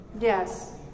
Yes